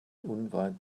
unweit